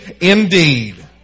indeed